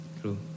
true